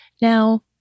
Now